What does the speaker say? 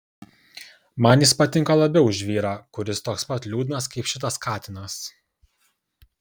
man jis patinka labiau už vyrą kuris toks pat liūdnas kaip šitas katinas